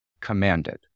commanded